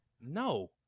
no